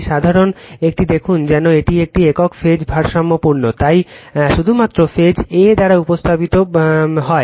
একটি সাধারণ একটি দেখুন যেন এটি একটি একক ফেজ ভারসাম্যপূর্ণ তাই শুধুমাত্র ফেজ a দ্বারা উপস্থাপিত হয়